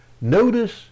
notice